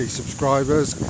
subscribers